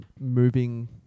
moving